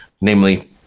namely